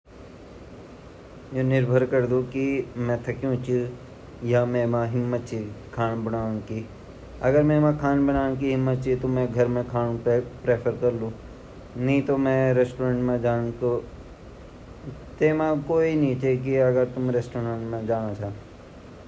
मै अपरा गौर मू खाण्ड पसंद करोलु रेस्ट्रॉन्ट मा क्या ची कबार-कबार ता चलन ची क्वे पार्टी वे अर दोस्तों दे पर मैक्सिमम मै घरों ही खांड पसंद ची जू भी छिन।